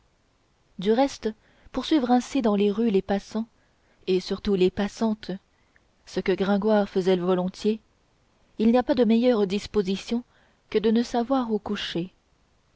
du reste pour suivre ainsi dans les rues les passants et surtout les passantes ce que gringoire faisait volontiers il n'y a pas de meilleure disposition que de ne savoir où coucher